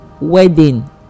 wedding